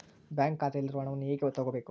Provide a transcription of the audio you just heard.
Bank ಖಾತೆಯಲ್ಲಿರುವ ಹಣವನ್ನು ಹೇಗೆ ತಗೋಬೇಕು?